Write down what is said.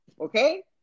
Okay